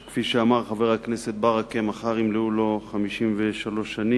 שכפי שאמר חבר הכנסת ברכה, שמחר ימלאו לו 53 שנים,